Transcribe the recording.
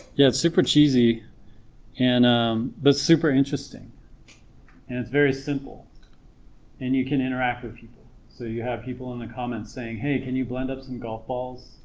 yeah it's super cheesy and that's super interesting and it's very simple and you can interact with people so you have people in the comments saying hey can you blend up some golf balls,